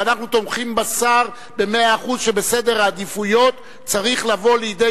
ואנחנו תומכים בשר במאה אחוז שבסדר העדיפויות צריכים לבוא לידי